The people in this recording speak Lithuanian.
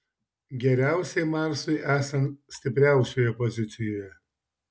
geriausiai marsui esant stipriausioje pozicijoje